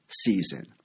season